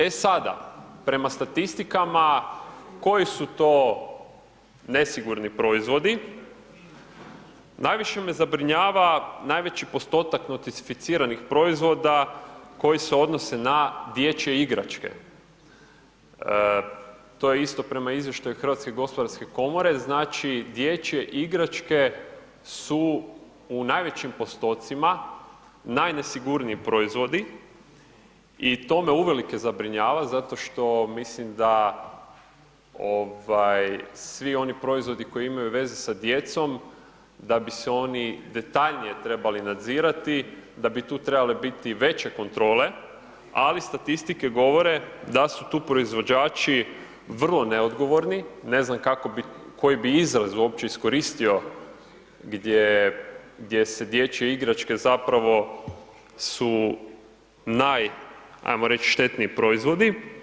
E sada, prema statistikama koji su to nesigurni proizvodi, najviše me zabrinjava najveći postotak notificiranih proizvoda koji se odnose na dječje igračke, to je isto prema izvještaju HGK-a, znači dječje igračke su u najvećim postotcima najnesigurniji proizvodi i to me uvelike zabrinjava zato što mislim da svi oni proizvodi koji imaju veze sa djecom, da bi se oni detaljnije trebali nadzirati, da bi tu trebale biti veće kontrole, ali statistike govore da su tu proizvođači vrlo neodgovorni, ne znamo koji bi izraz uopće iskoristio gdje se dječje igračke zapravo su naj ajmo reći, štetniji proizvodi.